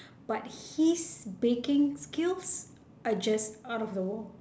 but his baking skills are just out of the world